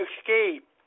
escape